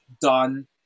done